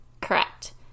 Correct